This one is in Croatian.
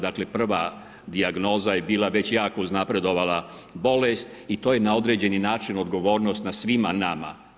Dakle, prva dijagnoza je bila već jako uznapredovala bolest i to je na određeni način odgovornost na svima nama.